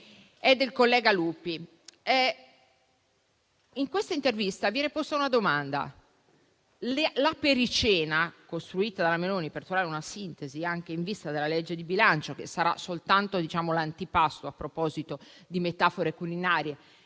al collega Lupi, nella quale viene posta una domanda: l'apericena costruito dalla Meloni per trovare una sintesi anche in vista della legge di bilancio, che sarà soltanto l'antipasto (a proposito di metafore culinarie),